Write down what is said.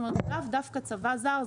זאת אומרת לאו דווקא צבא זר זר,